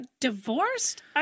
divorced